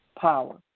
power